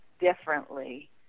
differently